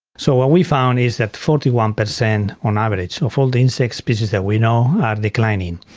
so what we found is that forty one percent on average of all the insect species that we know are declining,